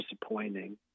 disappointing